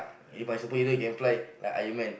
If my superhero like Iron-Man